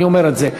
אני אומר את זה.